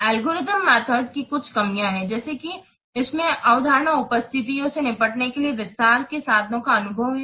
algorithmic method की कुछ कमियां हैं जैसे कि इसमें असाधारण परिस्थितियों से निपटने के लिए विस्तार के साधनों का अभाव है